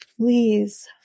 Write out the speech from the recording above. please